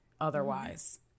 otherwise